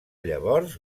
llavors